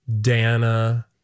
Dana